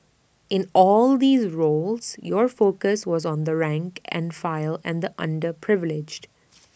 in all these roles your focus was on the rank and file and the underprivileged